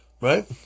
right